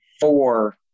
four